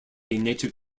native